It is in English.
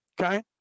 okay